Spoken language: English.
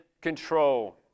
control